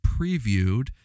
previewed